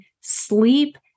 sleep